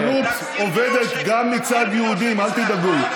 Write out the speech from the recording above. הסחטנות עובדת גם מצד יהודים, אל תדאגו.